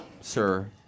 sir